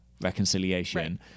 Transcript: reconciliation